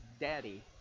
Daddy